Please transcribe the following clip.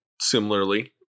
similarly